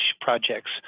projects